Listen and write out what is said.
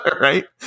right